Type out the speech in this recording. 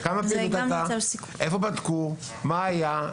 איפה בדקו, מה היה,